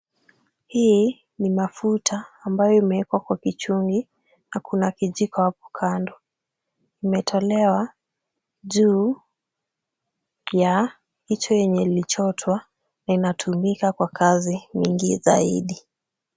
Hii ni mafuta ambayo imeekwa kwa kichungi na kuna kijiko hapo kando. Imetolewa juu ya hicho yenye ilichotwa na inatumika kwa kazi mingi zaidi.